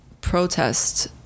protest